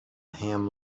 ham